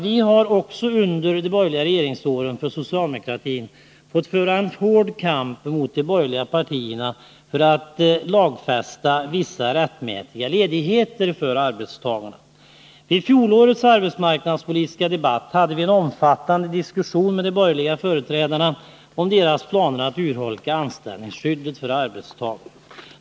Vi har också under de borgerliga regeringsåren från socialdemokratin fått föra en hård kamp mot de borgerliga partierna för att lagfästa vissa rättmätiga ledigheter för arbetstagare. Vid fjolårets arbetsmarknadspolitiska debatt hade vi en omfattande diskussion med de borgerliga företrädarna om deras planer att urholka anställningsskyddet för arbetstagare.